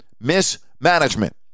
mismanagement